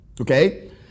Okay